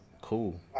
cool